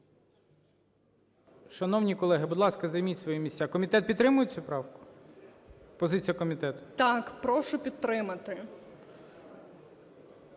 Шановні колеги, будь ласка, займіть свої місця. Комітет підтримує цю правку? Позиція комітету? ПІДЛАСА Р.А. Так, прошу підтримати.